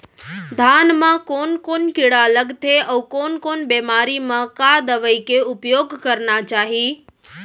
धान म कोन कोन कीड़ा लगथे अऊ कोन बेमारी म का दवई के उपयोग करना चाही?